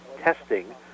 testing